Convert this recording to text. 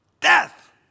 Death